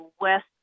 West